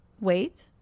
wait